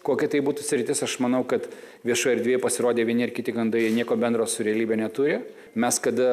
kokia tai būtų sritis aš manau kad viešoje erdvėje pasirodė vieni ar kiti gandai jie nieko bendro su realybe neturi mes kada